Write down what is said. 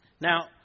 Now